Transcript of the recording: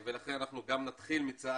אני מבין שלחייל בודד שנמצא